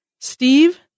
Steve